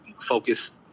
focus